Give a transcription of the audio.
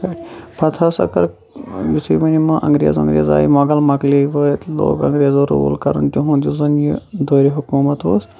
پَتہٕ ہَسہَا کٔر یُتھے وۄنۍ یِم اَنٛگریز وَنٛگریز آے موٚغَل مۄٚکلے وٲتۍ لوگ اَنٛگریزو روٗل کَرُن تِہُنٛد یُس زَن یہِ دورِ حُکوٗمَت اوس